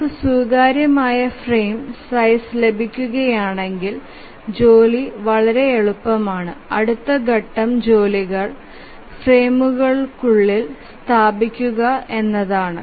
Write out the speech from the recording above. നമുക്ക് സ്വീകാര്യമായ frame size ലഭിക്കുകയാണെങ്കിൽ ജോലി വളരെ എളുപ്പമാണ് അടുത്ത ഘട്ടം ജോലികൾ ഫ്രെയിമുകളിൽ സ്ഥാപിക്കുക എന്നതാണ്